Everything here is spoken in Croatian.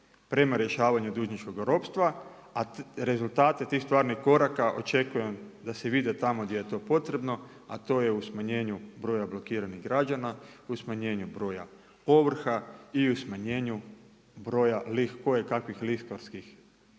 prema rješavanju dužničkoga ropstva, a rezultate tih stvarnih koraka očekujem da se vide tamo gdje je to potrebno, a to je u smanjenju broja blokiranih građana, plus smanjenju broja ovrha i u smanjenju broja koje kakvih lihvarskih